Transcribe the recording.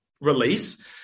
Release